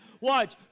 Watch